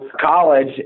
college